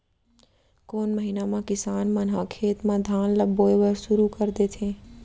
कोन महीना मा किसान मन ह खेत म धान ला बोये बर शुरू कर देथे?